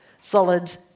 solid